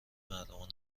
مردمان